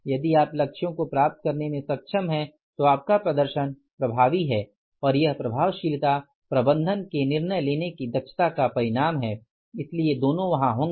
यदि आप लक्ष्यों को प्राप्त करने में सक्षम हैं तो आपका प्रदर्शन प्रभावी है और यह प्रभावशीलता प्रबंधन के निर्णय लेने की दक्षता का परिणाम है इसलिए दोनों वहाँ होंगे